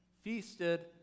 feasted